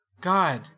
God